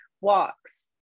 walks